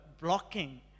blocking